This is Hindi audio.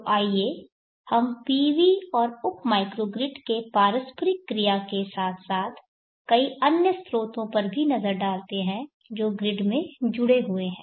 तो आइए हम PV और उप माइक्रोग्रिड के पारस्परिक क्रिया के साथ साथ कई अन्य स्रोतों पर भी नज़र डालते हैं जो ग्रिड में जुड़े हुए हैं